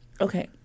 okay